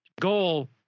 goal